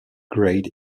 grade